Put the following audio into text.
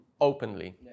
openly